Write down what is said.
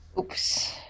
oops